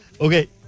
Okay